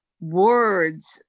words